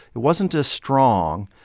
it wasn't as strong,